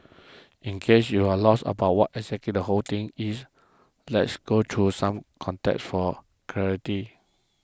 in case you're lost about what exactly the whole thing is let's go through some context for clarity